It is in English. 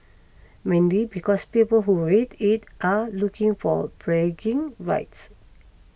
mainly because people who read it are looking for bragging rights